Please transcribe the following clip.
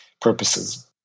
purposes